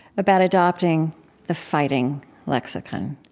about adopting the fighting lexicon.